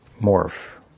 morph